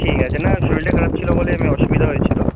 ঠিক আছে না শরীরটা খারাপ ছিলো বলে এমনি অসুবিধা হয়েছিলো